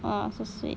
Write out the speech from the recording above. ah so sweet